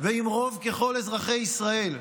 ועם רוב ככל אזרחי ישראל,